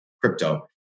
crypto